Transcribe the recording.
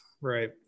Right